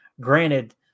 granted